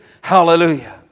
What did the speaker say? Hallelujah